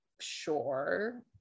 sure